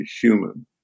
human